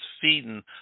feeding